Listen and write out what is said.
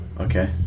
Okay